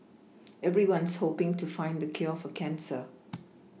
everyone's hoPing to find the cure for cancer